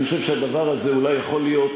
אני חושב שהדבר הזה אולי יכול להיות